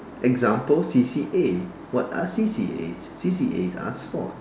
example C_C_A what are C_C_A C_C_As are sports